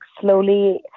slowly